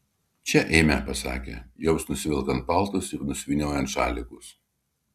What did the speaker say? čia eime pasakė joms nusivelkant paltus ir nusivyniojant šalikus